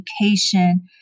education